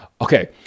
Okay